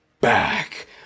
back